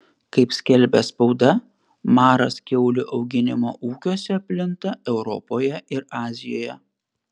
kaip skelbia spauda maras kiaulių auginimo ūkiuose plinta europoje ir azijoje